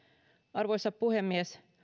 arvoisa puhemies